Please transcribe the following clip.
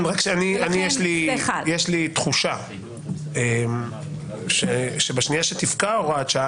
יש לי תחושה שבשנייה שתפקע הוראת השעה,